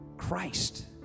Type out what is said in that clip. Christ